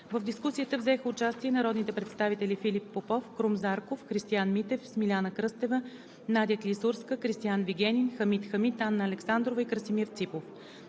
В дискусията взеха участие народните представители: Филип Попов, Крум Зарков, Христиан Митев, Смиляна Кръстева, Надя Клисурска, Кристиан Вигенин, Хамид Хамид, Анна Александрова и Красимир Ципов.